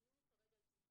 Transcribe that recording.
הדיון הוא כרגע על צמצום